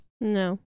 No